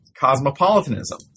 cosmopolitanism